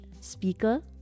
speaker